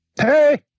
Hey